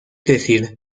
decir